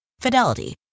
Fidelity